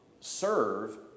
serve